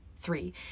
three